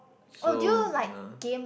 so yeah